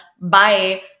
bye